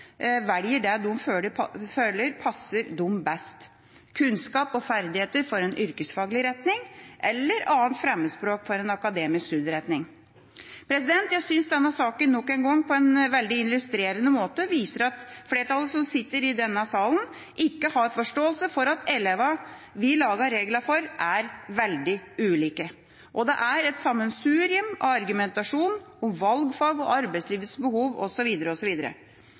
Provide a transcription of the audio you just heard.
velger det de føler passer dem best – kunnskap og ferdigheter for en yrkesfaglig retning, eller 2. fremmedspråk for en akademisk studieretning. Jeg synes denne saken nok en gang, på en veldig illustrerende måte, viser at flertallet som sitter i denne salen, ikke har forståelse for at elevene vi lager reglene for, er veldig ulike. Det er et sammensurium av argumentasjon om valgfag og arbeidslivets behov